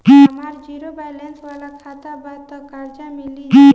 हमार zero balance वाला खाता बा त कर्जा मिल जायी?